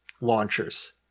launchers